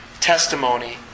testimony